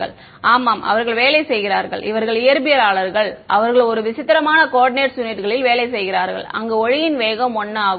மாணவர் ஆமாம் அவர்கள் வேலை செய்கிறார்கள் இவர்கள் இயற்பியலாளர்கள் அவர்கள் ஒரு விசித்திரமான கோஆர்டினேட் யூனிட்களில் வேலை செய்கிறார்கள் அங்கு ஒளியின் வேகம் 1 ஆகும்